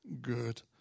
good